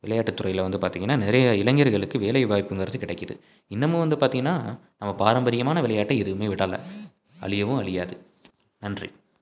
விளையாட்டு துறையில் வந்து பார்த்திங்கன்னா நிறைய இளைஞர்களுக்கு வேலை வாய்ப்புங்கிறது கிடைக்குது இன்னுமும் வந்து பார்த்திங்கன்னா நம்ம பாரம்பரியமான விளையாட்டு எதுவும் விடலை அழியவும் அழியாது நன்றி